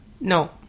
No